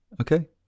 okay